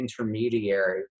intermediary